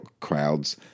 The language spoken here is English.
crowds